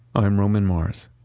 i'm roman mars.